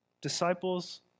Disciples